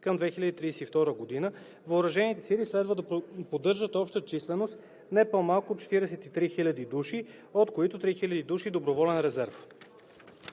към 2032 г. въоръжените сили следва да поддържат обща численост, не по-малка от 43 000 души, от които 3000 души доброволен резерв.